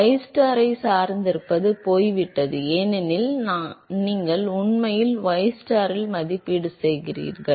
எனவே ystar ஐச் சார்ந்திருப்பது போய்விட்டது ஏனெனில் நீங்கள் உண்மையில் ystar இல் மதிப்பீடு செய்கிறீர்கள்